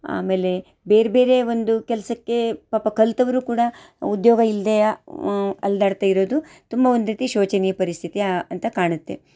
ಆಮೇಲೆ ಬೇರೆ ಬೇರೆ ಒಂದು ಕೆಲಸಕ್ಕೆ ಪಾಪ ಕಲಿತವ್ರು ಕೂಡ ಉದ್ಯೋಗ ಇಲ್ಲದೆಯ ಅಲೆದಾಡ್ತ ಇರೋದು ತುಂಬ ಒಂದು ರೀತಿ ಶೋಚನೀಯ ಪರಿಸ್ಥಿತಿ ಅಂತ ಕಾಣುತ್ತೆ